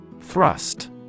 Thrust